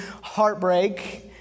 heartbreak